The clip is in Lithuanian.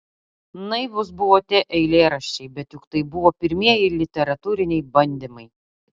naivūs buvo tie eilėraščiai bet juk tai buvo pirmieji literatūriniai bandymai